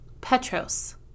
Petros